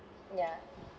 ya